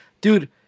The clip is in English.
dude